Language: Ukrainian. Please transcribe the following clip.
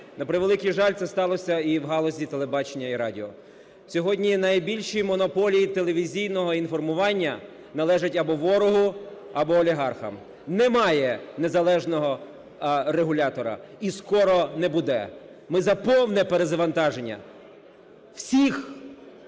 На превеликий жаль, це сталося і в галузі телебачення і радіо. Сьогодні найбільші монополії телевізійного інформування належать або ворогу, або олігархам. Немає незалежного регулятора, і скоро не буде. Ми за повне перезавантаження всіх